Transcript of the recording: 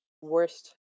Worst